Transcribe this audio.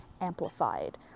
Amplified